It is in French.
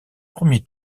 premier